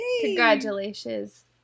Congratulations